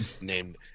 named